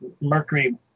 mercury